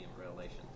Revelation